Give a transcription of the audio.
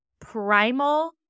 primal